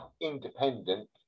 independent